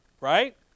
right